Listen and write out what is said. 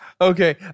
Okay